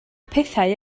pethau